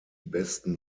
besten